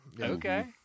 Okay